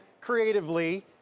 creatively